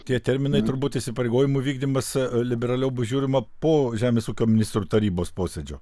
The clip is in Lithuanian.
tie terminai turbūt įsipareigojimų vykdymas liberaliau bus žiūrima po žemės ūkio ministrų tarybos posėdžio